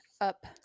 up